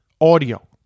audio